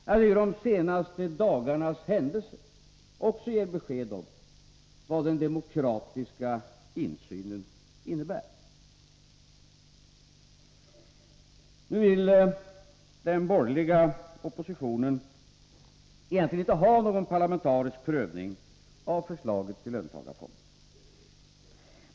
Jag tycker att de senaste dagarnas händelser också ger besked om vad den demokratiska insynen innebär. Den borgerliga oppositionen vill egentligen inte ha någon parlamentarisk prövning av förslaget till löntagarfonder.